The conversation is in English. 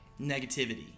negativity